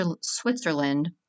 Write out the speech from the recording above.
Switzerland